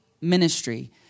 ministry